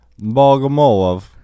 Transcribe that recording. bogomolov